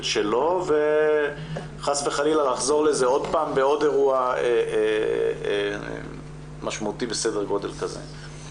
שלו וחס וחלילה לחזור לזה עוד פעם בעוד אירוע משמעותי בסדר גודל כזה.